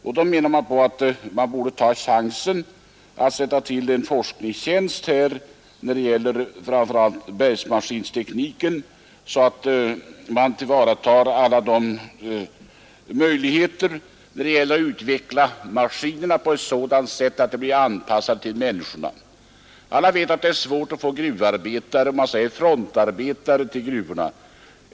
Man menade att det borde tillsättas en forskningstjänst, framför allt i bergmaskinteknik, för att tillvarata alla de möjligheter som finns att utveckla maskinerna så att de blir anpassade till människorna. Alla vet att det är svårt att få frontarbetare till gruvorna.